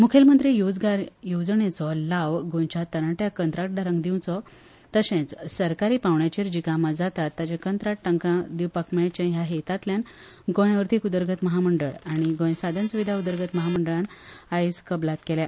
मुख्यमंत्री रोजगार येवजणेचो लाव गोंयच्या तरनाट्या कंत्राटदारांक जावचो तशेचं सरकारी पांवड्याचेंर जी कामा जातात तांचे कंत्राट तांका दिवपाक मेळचे ह्या हेतातल्यान गोंय अर्थिक अदरगत महामंडळ आनीक गोंय साधन सुविदा उदगरत महामडंळान सोमारा कबलात केल्या